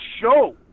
show